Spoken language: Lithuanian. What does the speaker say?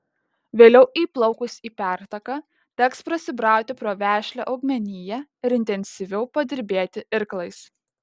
vėliau įplaukus į pertaką teks prasibrauti pro vešlią augmeniją ir intensyviau padirbėti irklais